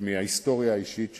מההיסטוריה האישית שלו,